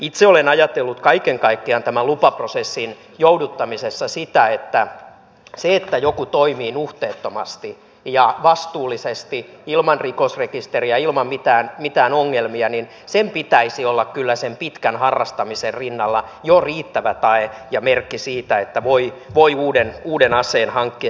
itse olen ajatellut kaiken kaikkiaan tämän lupaprosessin jouduttamisessa sitä että sen että joku toimii nuhteettomasti ja vastuullisesti ilman rikosrekisteriä ilman mitään ongelmia pitäisi olla kyllä sen pitkän harrastamisen rinnalla jo riittävä tae ja merkki siitä että voi uuden aseen hankkia